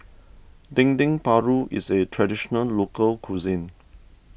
Dendeng Paru is a Traditional Local Cuisine